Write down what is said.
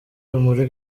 muri